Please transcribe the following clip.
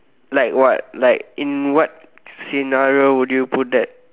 like what like in what scenario would you put that